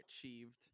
achieved